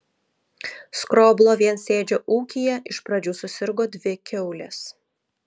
skroblo viensėdžio ūkyje iš pradžių susirgo dvi kiaulės